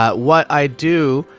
ah what i do,